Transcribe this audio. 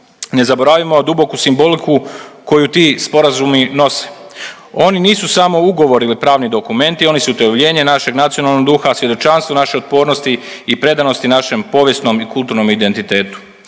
ne zaboravimo duboku simboliku koju ti sporazumi nose. Oni nisu samo ugovori ili pravni dokumenti, oni su utjelovljenje našeg nacionalnog duha, svjedočanstvo naše otpornosti i predanosti našem povijesnom i kulturnom identitetu.